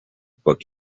book